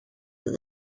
that